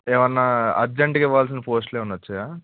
ఏమైనా అర్జెంటుగా ఇవ్వాల్సిన పోస్టులు ఏమైనా వచ్చాయా